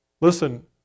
Listen